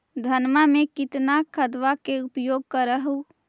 धानमा मे कितना खदबा के उपयोग कर हू?